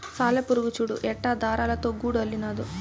సాలెపురుగు చూడు ఎట్టా దారాలతో గూడు అల్లినాదో